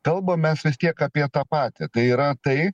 kalbam mes vis tiek apie tą patį tai yra tai